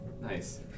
Nice